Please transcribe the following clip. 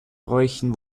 bräuchen